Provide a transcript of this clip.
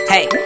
Hey